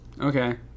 Okay